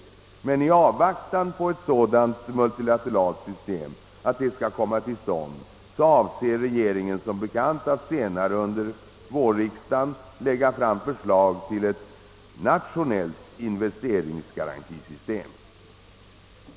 I avvaktan på att ett sådant multilateralt system kan komma till stånd avser regeringen som bekant att senare under vårriksdagen lägga fram förslag till ett nationellt investeringsgarantisystem.